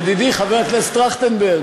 ידידי חבר הכנסת טרכטנברג,